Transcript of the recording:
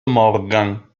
morgan